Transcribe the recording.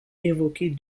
évoquer